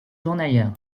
journalière